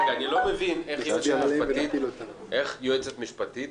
רגע, אני לא מבין איך יועצת משפטית